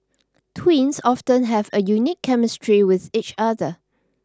twins often have a unique chemistry with each other